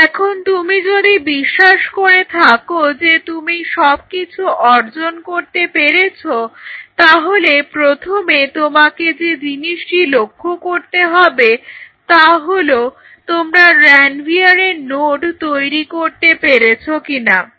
এখন তুমি যদি বিশ্বাস করে থাকো যে তুমি সব কিছু অর্জন করতে পেরেছ তাহলে প্রথমে তোমাকে যে জিনিসটি লক্ষ্য করতে হবে তা হলো তোমরা রানভিয়ারের নোড তৈরি করতে পেরেছো কিনা